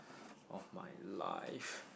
of my life